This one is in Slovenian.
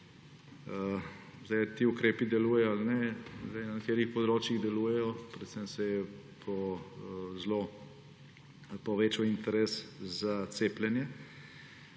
Ali ti ukrepi delujejo ali ne? Na nekaterih področjih delujejo, predvsem se je zelo povečal interes za cepljenje.